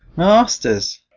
masters